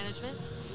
management